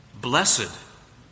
blessed